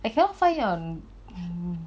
I cannot find it on